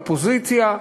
אופוזיציה,